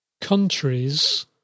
countries